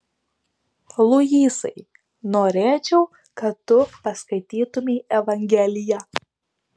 luisai norėčiau kad tu paskaitytumei evangeliją